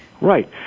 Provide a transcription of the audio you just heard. Right